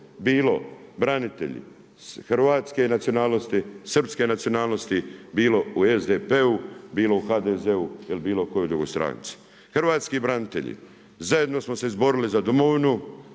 bilo branitelji hrvatske nacionalnosti, srpske nacionalnosti, bilo u SDP-u, bilo u HDZ-u ili u bilo kojoj drugoj stranci. Hrvatski branitelji, zajedno smo se izborili za domovinu,